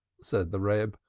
said the reb,